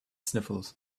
sniffles